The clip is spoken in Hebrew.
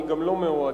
אני גם לא מאוהדיו.